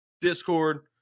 Discord